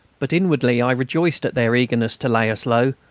but inwardly i rejoiced at their eagerness to lay us low,